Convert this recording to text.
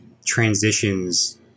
transitions